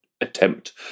attempt